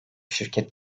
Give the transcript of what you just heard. şirket